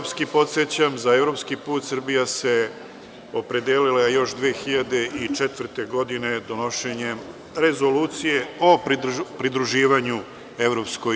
Podsećam, za evropski put Srbija se opredelila još 2004. godine donošenjem Rezolucije o pridruživanju EU.